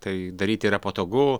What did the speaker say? tai daryti yra patogu